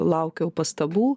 laukiau pastabų